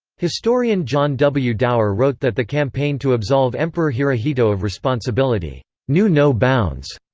historian john w. dower wrote that the campaign to absolve emperor hirohito of responsibility knew no bounds.